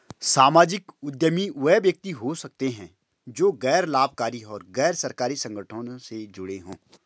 सामाजिक उद्यमी वे व्यक्ति हो सकते हैं जो गैर लाभकारी और गैर सरकारी संगठनों से जुड़े हों